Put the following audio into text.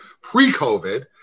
pre-COVID